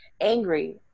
angry